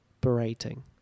berating